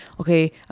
Okay